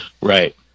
Right